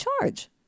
charge